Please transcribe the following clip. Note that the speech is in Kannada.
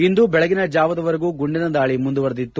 ಇಂದು ಬೆಳಗಿನ ಜಾವದವರೆವಿಗೂ ಗುಂಡಿನ ದಾಳಿ ಮುಂದುವರೆದಿತ್ತು